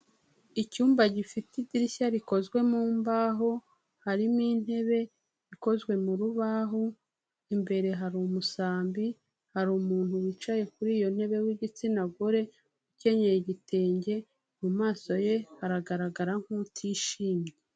Icyumba gifite idirishya rikozwe mu mbaho harimo intebe ikozwe mu rubaho, imbere hari umusambi hari umuntu wicaye kuri iyo ntebe w'igitsina gore ukenyeye igitenge, mu maso ye aragaragara nk'utishimye.